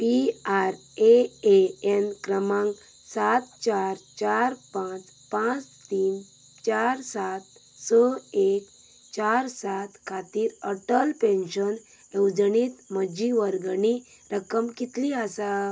PRAN क्रमांक सात चार चार पांच पांच तीन चार सात स एक चार सात खातीर अटल पेन्शन येवजणेंत म्हजी वर्गणी रक्कम कितली आसा